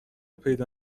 پیدا